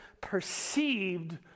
perceived